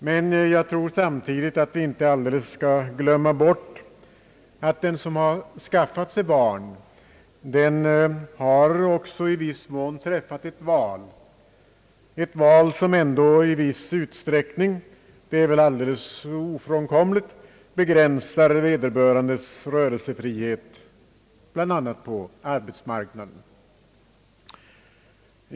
Men jag anser samtidigt att vi inte alldeles bör glömma bort att den som har skaffat sig barn också i viss utsträckning har träffat ett val — ett val som på sitt sätt, det är alldeles ofrånkomligt, begränsar vederbörandes rörelsefrihet bl.a. på arbetsmarknaden.